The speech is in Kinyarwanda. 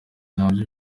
nabyo